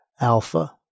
alpha